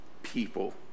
People